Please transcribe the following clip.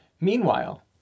Meanwhile